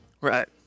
Right